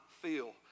feel